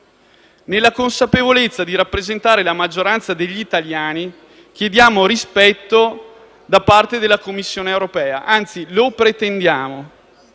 Nella consapevolezza di rappresentare la maggioranza degli italiani, chiediamo rispetto da parte della Commissione europea, anzi, lo pretendiamo.